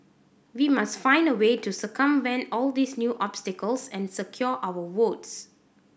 we must find a way to circumvent all these new obstacles and secure our votes